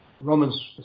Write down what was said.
Romans